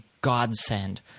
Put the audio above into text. godsend